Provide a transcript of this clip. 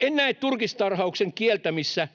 En näe turkistarhauksen kieltämistä